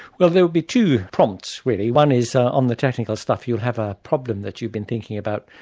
well there'll be two prompts really. one is on the technical stuff you have a problem that you've been thinking about,